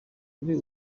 kuri